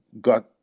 got